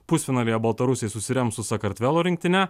pusfinalyje baltarusiai susirems su sakartvelo rinktine